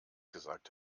gesagt